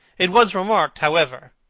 it was remarked, however,